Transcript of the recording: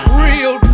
real